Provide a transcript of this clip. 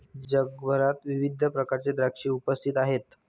जगभरात विविध प्रकारचे द्राक्षे उपस्थित आहेत